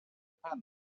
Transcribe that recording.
pen